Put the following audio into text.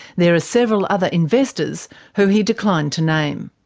there are several other investors who he declined to name.